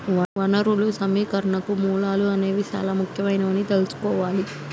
వనరులు సమీకరణకు మూలాలు అనేవి చానా ముఖ్యమైనవని తెల్సుకోవాలి